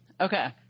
Okay